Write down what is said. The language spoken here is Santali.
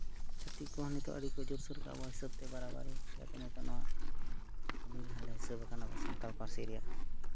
ᱪᱷᱟᱹᱛᱤᱠ ᱠᱚᱦᱚᱸ ᱱᱤᱛᱚᱜ ᱟᱹᱰᱤ ᱠᱚ ᱡᱳᱨ ᱥᱳᱨ ᱠᱟᱜᱼᱟ ᱟᱵᱚᱣᱟᱜ ᱦᱤᱥᱟᱹᱵᱽ ᱛᱮ ᱵᱟᱨᱟᱵᱟᱹᱨᱤ ᱪᱤᱠᱟᱹᱛᱮ ᱱᱤᱛᱚᱜ ᱱᱚᱣᱟ ᱥᱚᱝᱵᱤᱫᱷᱟᱱ ᱨᱮ ᱦᱤᱥᱟᱹᱵᱽ ᱠᱟᱱᱟ ᱟᱵᱚ ᱥᱟᱱᱛᱟᱲ ᱯᱟᱹᱨᱥᱤ ᱨᱮᱭᱟᱜ